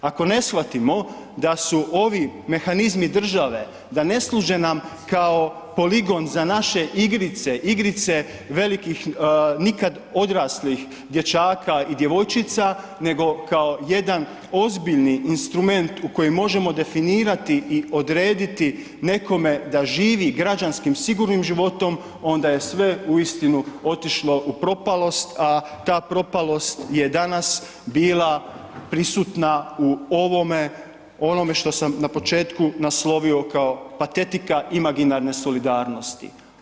Ako ne shvatimo da su ovi mehanizmi države da nam ne služe kao poligon za naše igrice, igrice nikad odraslih dječaka i djevojčica nego kao jedan ozbiljni instrument u kojem možemo definirati i odrediti nekome da živi građanskim sigurnim životom onda je sve uistinu otišlo u propalost, a ta propalost je danas bila prisutna u onome što sam na početku naslovio kao patetika imaginarne solidarnosti.